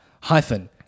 hyphen